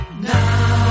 now